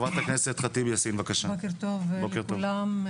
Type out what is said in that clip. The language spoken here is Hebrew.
בוקר טוב לכולם,